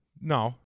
No